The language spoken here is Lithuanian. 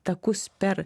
takus per